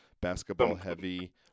basketball-heavy